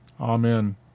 Amen